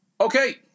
Okay